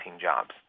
jobs